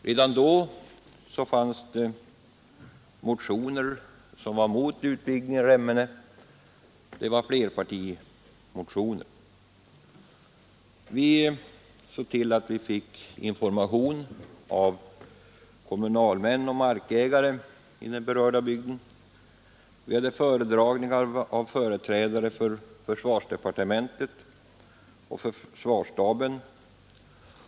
Redan då hade det väckts flerpartimotioner, i vilka motionärerna var emot en utvidgning av Remmene skjutfält. Vi såg därför till att vi av kommunalmän och markägare i den berörda bygden fick informationer i frågan, och vi hade också föredragningar av företrädare för försvarsdepartementet och försvarsstaben.